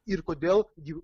ir kodėl jų